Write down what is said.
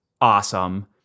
awesome